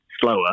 slower